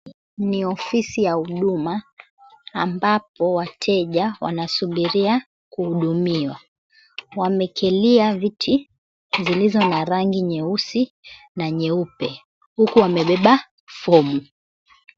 Ni ofisi ya huduma ambapo wateja wanasubiria kuhudumiwa. Wamekelia viti zilizo na rangi nyeusi na nyeupe huku wamebeba fomu.